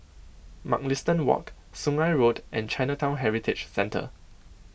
Mugliston Walk Sungei Road and Chinatown Heritage Centre